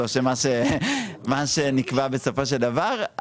או מה שנקבע בסופו של דבר,